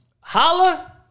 holla